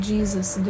Jesus